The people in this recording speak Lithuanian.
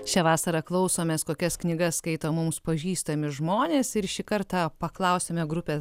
šią vasarą klausomės kokias knygas skaito mums pažįstami žmonės ir šį kartą paklausėme grupė